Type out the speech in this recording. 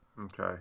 Okay